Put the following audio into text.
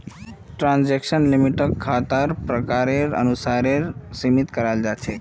transaction लिमिटक खातार प्रकारेर अनुसारेर सीमित कराल जा छेक